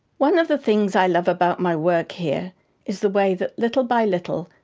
one of the things i love about my work here is the way that, little by little,